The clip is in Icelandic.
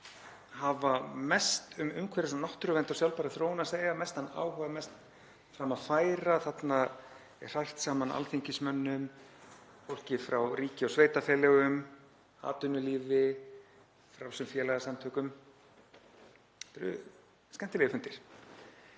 hafa mest um umhverfis- og náttúruvernd og sjálfbæra þróun að segja, mestan áhuga, mest fram að færa. Þarna er hrært saman alþingismönnum, fólki frá ríki og sveitarfélögum, atvinnulífi, frjálsum félagasamtökum. Þetta eru skemmtilegir fundir